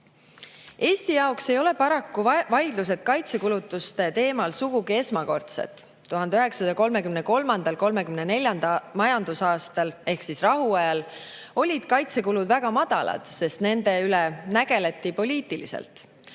Eesti jaoks ei ole paraku vaidlused kaitsekulutuste teemal sugugi esmakordsed. 1933/34. majandusaastal ehk siis rahuajal olid kaitsekulud väga madalad, sest nende üle nägeleti poliitiliselt.